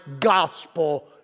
gospel